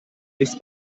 nichts